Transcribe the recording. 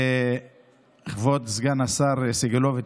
כבוד סגן השר סגלוביץ',